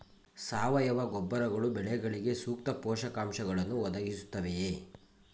ಸಾವಯವ ಗೊಬ್ಬರಗಳು ಬೆಳೆಗಳಿಗೆ ಸೂಕ್ತ ಪೋಷಕಾಂಶಗಳನ್ನು ಒದಗಿಸುತ್ತವೆಯೇ?